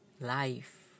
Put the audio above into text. life